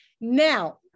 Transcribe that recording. now